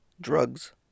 Drugs